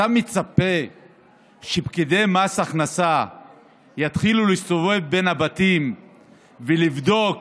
אתה מצפה שפקידי מס הכנסה יתחילו להסתובב בין הבתים ולבדוק